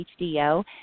HDO